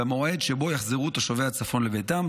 במועד שבו יחזרו תושבי הצפון לביתם,